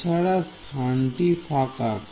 এছাড়া স্থানটি ফাঁকা